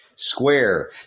Square